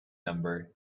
number